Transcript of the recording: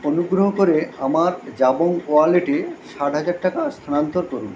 অনুগ্রহ করে আমার জাবং ওয়ালেটে ষাট হাজার টাকা স্থানান্তর করুন